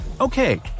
Okay